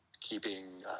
keeping